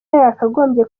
yakagombye